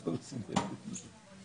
זה המצב, לצערי.